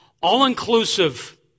All-inclusive